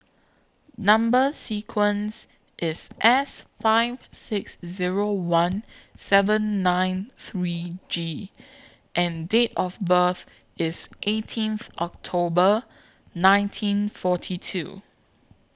Number sequence IS S five six Zero one seven nine three G and Date of birth IS eighteenth October nineteen forty two